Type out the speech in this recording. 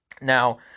Now